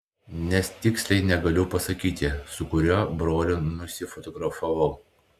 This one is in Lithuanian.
nes tiksliai negaliu pasakyti su kuriuo broliu nusifotografavau